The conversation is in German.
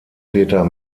peter